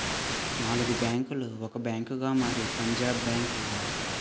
నాలుగు బ్యాంకులు ఒక బ్యాంకుగా మారి పంజాబ్ బ్యాంక్ అయింది